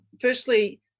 Firstly